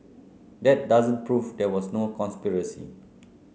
that doesn't prove there was no conspiracy